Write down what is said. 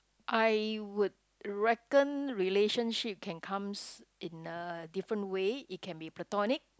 I would reckon relationship can comes in uh different way it can be platonic